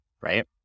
right